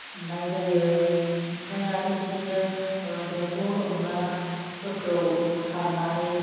हमनाय जायो ओमफ्राइ आरो बिदिनो दंग' दंलाफोरखौ सारनानै